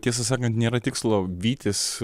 tiesą sakant nėra tikslo vytis